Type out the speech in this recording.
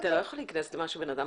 אתה לא יכול להיכנס גם לבחירה של אדם.